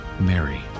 Mary